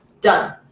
Done